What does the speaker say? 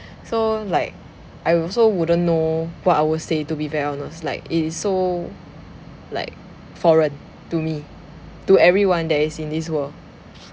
so like I also wouldn't know what I would say to be very honest like it is so like foreign to me to everyone that is in this world